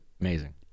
Amazing